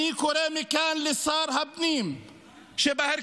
ולכן, אני קורא מכאן לשר הפנים שבהרכב